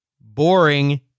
boring